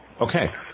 Okay